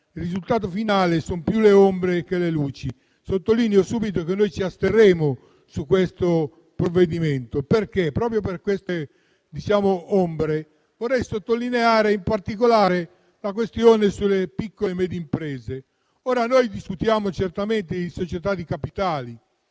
al risultato finale, sono più le ombre delle luci. Sottolineo subito che noi ci asterremo su questo provvedimento, proprio per queste ombre. Vorrei sottolineare, in particolare, la questione delle piccole e medie imprese. Discutiamo certamente di società di capitali,